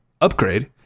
upgrade